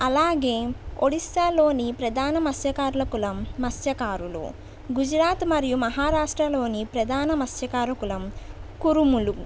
అలాగే ఒడిస్సాలోని ప్రధాన మస్యకారుల కులం మత్స్య కారులు గుజరాత్ మరియు మహారాష్ట్రలోని ప్రధాన మస్యకారు కులం కురుములు